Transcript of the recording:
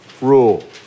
rule